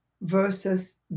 versus